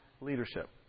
leadership